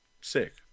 Sick